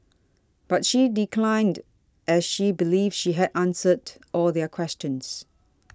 but she declined as she believes she had answered all their questions